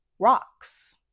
rocks